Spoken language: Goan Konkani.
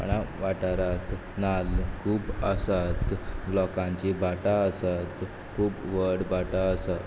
कोणा वाठाराक नाल्ल खूब आसात लोकांचीं भाटां आसात खूब व्हड भाटां आसात